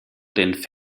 den